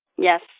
Yes